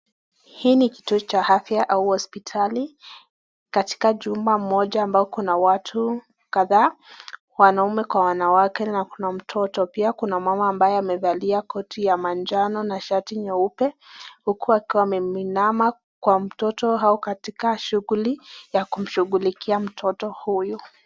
Hii ni kituo cha afya au hospitali. Katika jumba moja ambako kuna watu kadhaa, wanaume kwa wanawake na kuna mtoto. Pia kuna mama ambaye amevalia koti ya manjano na shati nyeupe, huku akiwa ameinama kwa mtoto au katika shughuli ya kumshughulikia mtoto huyu.